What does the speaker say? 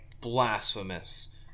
blasphemous